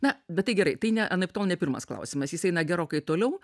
na bet tai gerai tai ne anaiptol ne pirmas klausimas jis eina gerokai toliau